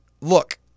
Look